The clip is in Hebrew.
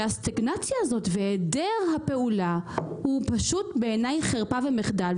הסטגנציה והיעדר הפעולה הם חרפה ומחדל.